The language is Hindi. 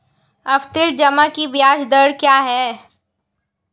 आवर्ती जमा की ब्याज दर क्या है?